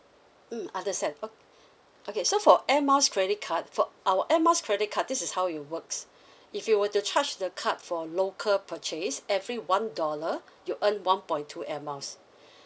mm understand o~ okay so for Air Miles credit card fo~ our Air Miles credit card this is how it works if you were to charge the card for local purchase every one dollar you earn one point two Air Miles